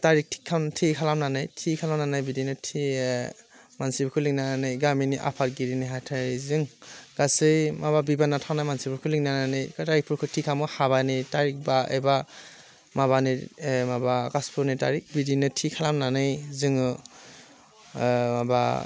थारिक थिक खालाम थि खालामनानै थि खालामनानै बिदिनो थि मानसिफोरखो लिंनानै गामिनि आफादगिरिनो नेहाथारिजों गासै माबा बिबानाव थानाय मानसिफोरखो लिंनानै रायफोरखौ थि खालामो हाबानि थारिक बा एबा माबानि बे माबा कासफोरनि थारिक बिदिनो थि खालामनानै जोङो माबा